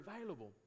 available